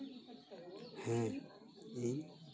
ᱦᱮᱸ ᱤᱧ